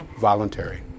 Voluntary